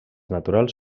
naturals